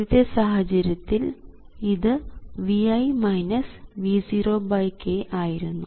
ആദ്യത്തെ സാഹചര്യത്തിൽ ഇത് Vi V0k ആയിരുന്നു